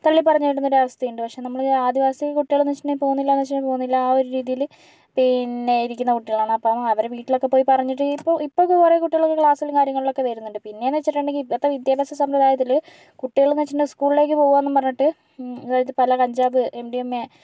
തള്ളിപ്പറഞ്ഞ് വിടുന്ന ഒരവസ്ഥയുണ്ട് പക്ഷേ നമ്മള് ആദിവാസി കുട്ടികളെന്ന് വെച്ചിട്ടുണ്ടെങ്കിൽ പോവുന്നില്ലയെന്ന് വെച്ചിട്ടുണ്ടെങ്കിൽ പോവുന്നില്ല ആ ഒരു രീതിയില് പിന്നെ ഇരിക്കുന്ന കുട്ടികളാണ് അപ്പോൾ അവരെ വീട്ടിലൊക്കെ പോയി പറഞ്ഞിട്ട് ഇപ്പോൾ ഇപ്പോഴൊക്കെ കുറേ കുട്ടികളൊക്കെ ക്ലാസ്സിലും കാര്യങ്ങളിലൊക്കേ വരുന്നുണ്ട് പിന്നെയെന്ന് വെച്ചിട്ടുണ്ടെങ്കിൽ ഇപ്പൊഴത്തെ വിദ്യാഭ്യാസ സമ്പ്രദായത്തില് കുട്ടികളെന്ന് വെച്ചിട്ടുണ്ടെങ്കിൽ സ്കൂളിലേക്ക് പോവുകയാണെന്നും പറഞ്ഞിട്ട് അതായത് പല കഞ്ചാവ് എം ഡി എം എ